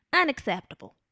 Unacceptable